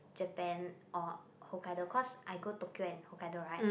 Japan or Hokkaido cause I go Tokyo and Hokkaido right